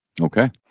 Okay